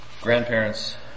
Grandparents